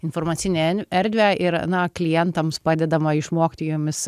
informacinę erdvę ir na klientams padedama išmokti jomis